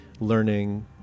learning